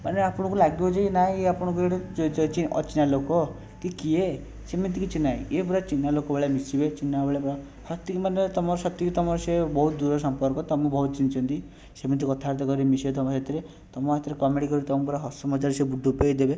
ମାନେ ଆପଣଙ୍କୁ ଲାଗିବ ଯେ ନା ଇଏ ଆପଣଙ୍କୁ ଜଣେ ଅଚିନ୍ହା ଲୋକ କି କିଏ ସେମିତି କିଛି ନାଇଁ ଇଏ ପୂରା ଚିନ୍ହାଲୋକ ଭଳିଆ ମିଶିବେ ଚିନ୍ହା ଭଳିଆ ପୂରା ସତେକି ମାନେ ତୁମର ସତେକି ତୁମର ସିଏ ବହୁତ ଦୂର ସମ୍ପର୍କ ତୁମକୁ ବହୁତ ଚିନ୍ହିଛନ୍ତି ସେମିତି କଥାବାର୍ତ୍ତା କରିବେ ମିଶିବେ ତୁମ ସାଥିରେ ତୁମ ସାଥିରେ କମେଡ଼ି କରିକି ତୁମକୁ ପୂରା ହସ ମଜାରେ ବୁ ଡୁବେଇ ଦେବେ